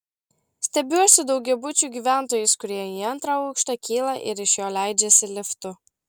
stebiuosi daugiabučių gyventojais kurie į antrą aukštą kyla ir iš jo leidžiasi liftu